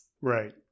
Right